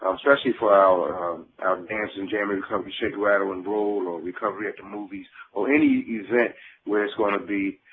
um especially for our um our dancing jamming shake rattle enroll and or recovery at the movies or any event where it's going to be